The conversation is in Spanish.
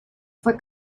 fue